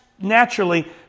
naturally